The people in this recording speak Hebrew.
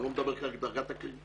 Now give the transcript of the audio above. אני לא מדבר על דרגת הקרבה,